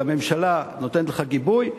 והממשלה נותנת לך גיבוי,